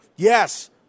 Yes